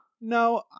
no